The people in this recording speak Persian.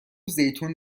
زیتون